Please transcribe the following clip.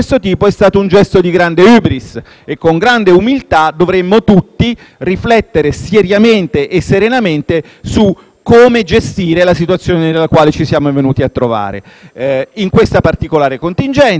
riflettere seriamente e serenamente su come gestire la situazione nella quale ci siamo venuti a trovare. In questa particolare contingenza il Governo italiano ha affrontato con senso di responsabilità